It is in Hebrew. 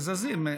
זה, זזים.